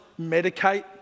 medicate